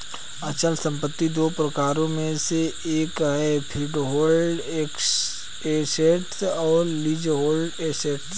अचल संपत्ति दो प्रकारों में से एक है फ्रीहोल्ड एसेट्स और लीजहोल्ड एसेट्स